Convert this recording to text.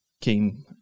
came